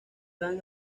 dan